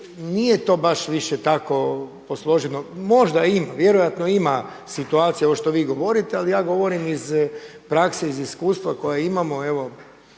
nije to baš više tako posloženo, možda ima, vjerojatno ima situacija ovo što vi govorite ali ja govorim iz prakse, iz iskustva koje imamo